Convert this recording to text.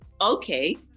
Okay